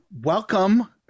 welcome